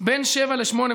בין 07:00 ל-08:00,